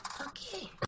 Okay